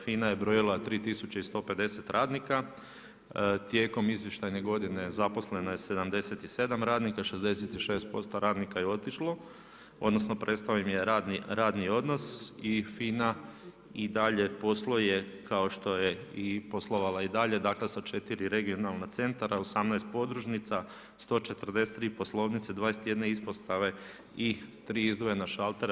FINA je brojila 3150 radnika, tijekom izvještajne godine zaposleno je 77 radnika, 66% radnika je otišlo, odnosno, prestao im je radni odnos i FINA i dalje posluje kao što je poslovala i dalje, dakle, sa 4 regionalna centra, 18 podružnica, 143 poslovnice, 21 ispostave i 3 izdvojena šaltera.